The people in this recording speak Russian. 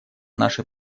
наше